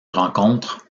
rencontrent